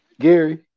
Gary